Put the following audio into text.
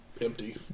empty